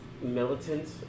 militant